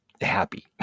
happy